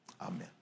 Amen